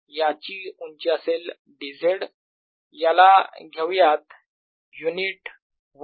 याची उंची असेल dz याला घेऊयात युनिट 1